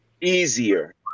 easier